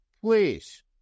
please